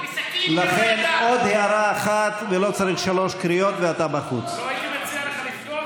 נכנסתי לכנסת ישראל במקום